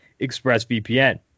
ExpressVPN